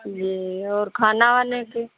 जी और खाने वाने के